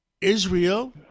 Israel